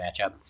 matchup